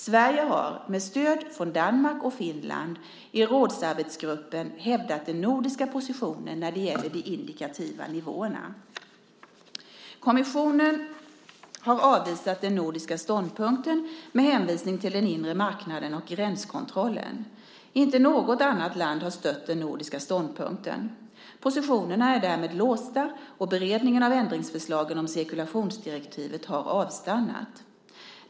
Sverige har, med stöd från Danmark och Finland i rådsarbetsgruppen, hävdat den nordiska positionen när det gäller de indikativa nivåerna. Kommissionen har avvisat den nordiska ståndpunkten med hänvisning till den inre marknaden och gränskontrollen. Inte något annat land har stött den nordiska ståndpunkten. Positionerna är därmed låsta, och beredningen av ändringsförslagen om cirkulationsdirektivet har avstannat.